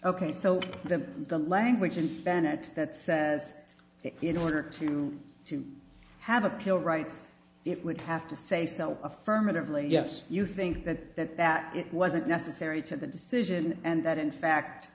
ok so then the language in bennett that says in order to to have a pill writes it would have to say so affirmatively yes you think that that that it wasn't necessary to the decision and that in fact